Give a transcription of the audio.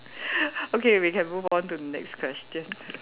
okay we can move on to the next question